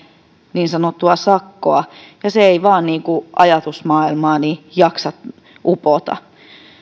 niin sanottua sakkoa ja se ei vain ajatusmaailmaani jaksa upota